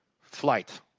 Flight